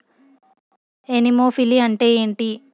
Anemophily అంటే ఏంటి?